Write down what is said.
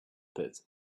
pit